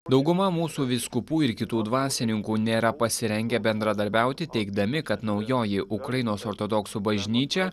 dauguma mūsų vyskupų ir kitų dvasininkų nėra pasirengę bendradarbiauti teigdami kad naujoji ukrainos ortodoksų bažnyčia